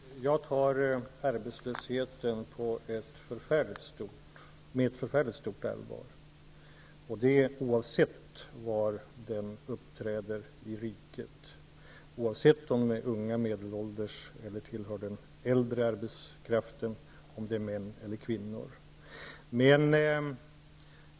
Herr talman! Jag tar arbetslösheten på mycket stort allvar, oavsett var i riket den uppträder, oavsett om den drabbar unga, medelålders eller personer som tillhör den äldre arbetskraften och oavsett om den drabbar män eller kvinnor.